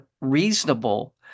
reasonable